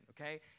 okay